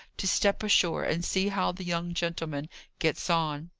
to step ashore, and see how the young gentleman gets on.